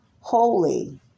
holy